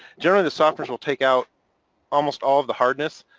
generally, the softeners will take out almost all of the hardness.